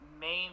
main